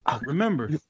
remember